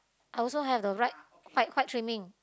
I also have a white white white trimming